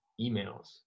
emails